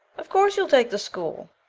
of course you'll take the school.